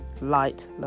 light